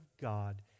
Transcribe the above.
God